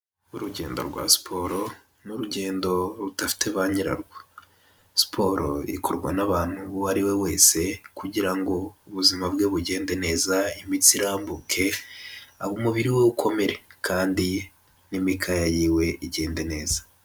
Urugendo rwa siporo, ni urugendo rudafite ba nyirarwo, siporo ikorwa n'abantu uwo ari we wese kugira ngo ubuzima bwe bugende neza, imitsi irambuke aba umubiri we ukomere kandi n'imikaya yiwe igende neza.